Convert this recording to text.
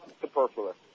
superfluous